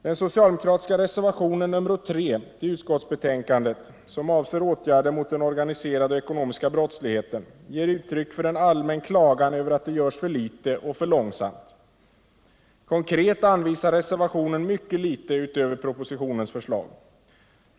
Den socialdemokratiska reservationen nr 3 till utskottsbetänkandet nr 27, som avser åtgärder mot den organiserade och ekonomiska brottsligheten, ger uttryck för en allmän klagan över att det görs för litet och att det sker för långsamt. Konkret anvisar reservationen mycket litet utöver propositionens förslag.